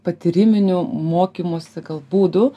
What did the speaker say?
patyriminių mokymosi gal būdų